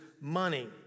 money